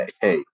Hey